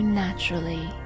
naturally